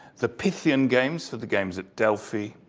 the pythian games for the games at delphi.